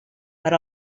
per